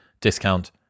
discount